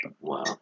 Wow